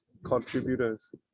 contributors